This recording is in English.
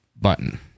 button